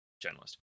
journalist